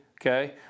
Okay